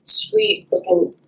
sweet-looking